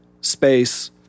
space